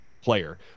player